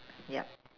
yup